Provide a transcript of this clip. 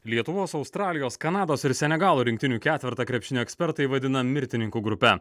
lietuvos australijos kanados ir senegalo rinktinių ketvertą krepšinio ekspertai vadina mirtininkų grupe